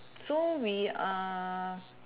so we are